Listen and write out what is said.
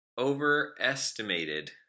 overestimated